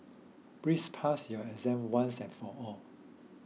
please pass your exam once and for all